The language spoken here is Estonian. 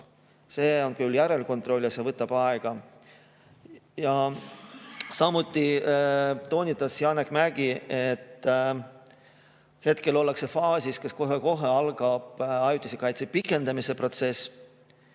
See on küll järelkontroll ja võtab aega. Samuti toonitas Janek Mägi, et hetkel ollakse faasis, kus kohe-kohe algab ajutise kaitse pikendamise protsess.